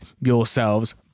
yourselves